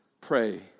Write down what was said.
pray